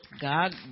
god